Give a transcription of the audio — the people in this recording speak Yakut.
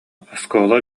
оскуола